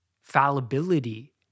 fallibility